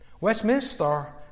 Westminster